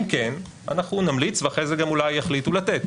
אם כן אנחנו נמליץ ואחרי זה גם אולי יחליטו לתת,